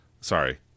sorry